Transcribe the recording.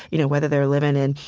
you know, whether they're living in,